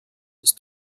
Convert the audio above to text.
ist